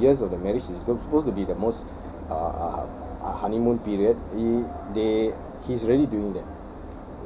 years of the marriage is supposed to be the most uh uh uh honeymoon period he they he's really doing that